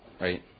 right